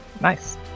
Nice